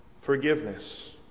forgiveness